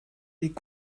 est